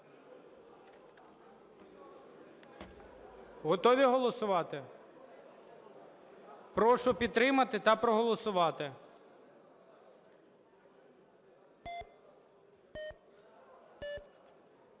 Готові голосувати? Прошу підтримати та проголосувати.